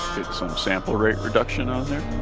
get some sample rate reduction on there